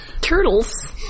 Turtles